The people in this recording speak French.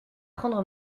prendre